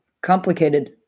complicated